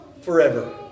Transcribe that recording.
forever